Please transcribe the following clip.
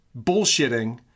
bullshitting